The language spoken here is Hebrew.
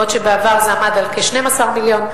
בעוד שבעבר זה היה כ-12 מיליון.